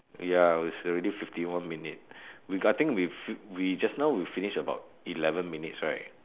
ya it's already fifty one minute regarding with we just now we finish about eleven minutes right